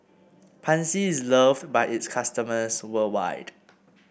Pansy is love by its customers worldwide